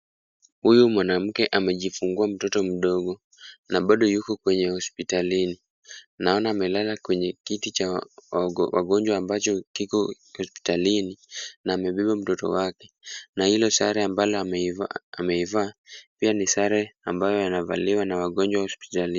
Huyu mwanamke amejifungua mtoto mdogo na bado yuko kwenye hospitalini. Naona amelala kwenye kiti cha wagonjwa ambacho kiko hospitalini na amebeba mtoto wake na hilo sare ambalo ameivaa pia ni sare ambayo inavaliwa na wagonjwa hospitalini.